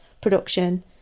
production